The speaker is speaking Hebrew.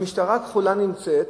המשטרה הכחולה נמצאת,